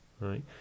right